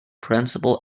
principal